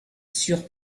sur